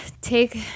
take